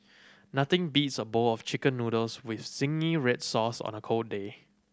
nothing beats a bowl of Chicken Noodles with zingy red sauce on a cold day